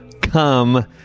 come